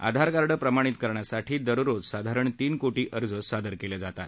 आधारकार्ड प्रमाणित करण्यासाठी दररोज साधारण तीन कोटी अर्ज सादर केले जातात